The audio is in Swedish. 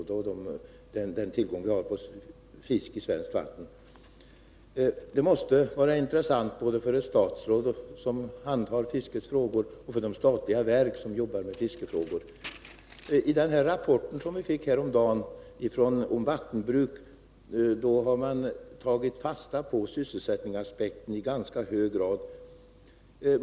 Detta måste vara intressant för både det statsråd och de statliga verk som handhar fiskefrågor. Enligt den rapport om vattenbruk som vi fick häromdagen har man tagit fasta på sysselsättningsaspekter i ganska hög grad.